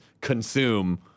consume